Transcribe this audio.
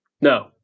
No